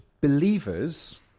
believers